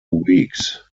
weeks